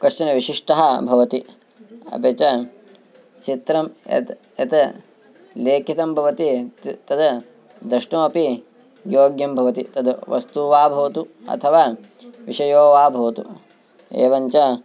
कश्चन विशिष्टः भवति अपि च चित्रं यत् यत् लेखितं भवति तद् द्रष्टुमपि योग्यं भवति तद् वस्तु वा भवतु अथवा विषयो वा भवतु एवं च